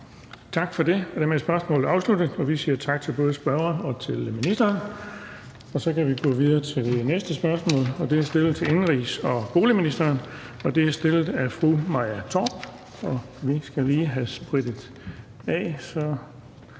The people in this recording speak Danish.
Tak for det. Dermed er spørgsmålet afsluttet, og vi siger tak til både spørgeren og ministeren. Så kan vi gå videre til næste spørgsmål, og det er til indenrigs- og boligministeren, og det er stillet af fru Maja Torp. Og vi skal lige have sprittet af – så